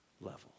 level